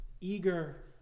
eager